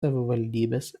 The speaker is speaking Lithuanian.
savivaldybės